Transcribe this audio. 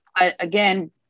Again